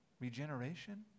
regeneration